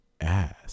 ass